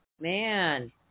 Man